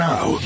Now